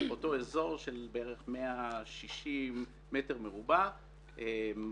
אותו אזור של כ-160 מטרים מרובעים,